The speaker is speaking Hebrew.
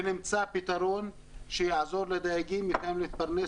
ונמצא פתרון שיעזור לדייגים גם להתפרנס